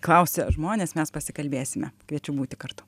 klausia žmonės mes pasikalbėsime kviečiu būti kartu